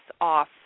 off